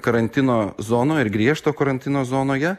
karantino zonoj ir griežto karantino zonoje